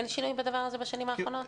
אין שינוי בדבר הזה בשנים האחרונות?